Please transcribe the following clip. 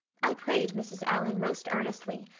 i prayed, mrs. allan, most earnestly,